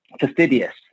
fastidious